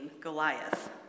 Goliath